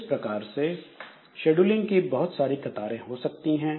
इस प्रकार से शेड्यूलिंग की बहुत सारी कतारें हो सकती हैं